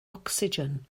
ocsigen